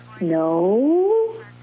No